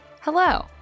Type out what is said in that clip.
Hello